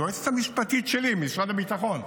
היועצת המשפטית שלי במשרד הביטחון,